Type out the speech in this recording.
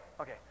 Okay